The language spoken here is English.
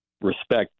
respect